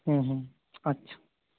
হুম হুম আচ্ছা